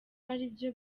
aribyo